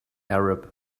arab